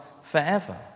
forever